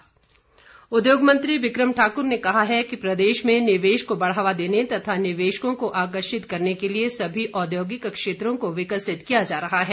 विक्रम ठाकुर उद्योग मंत्री विक्रम ठाकुर ने कहा है कि प्रदेश में निवेश को बढ़ावा देने तथा निवेशकों को आकर्षित करने के लिए सभी औद्योगिक क्षेत्रों को विकसित किया जा रहा है